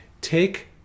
Take